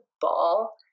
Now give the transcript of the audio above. ball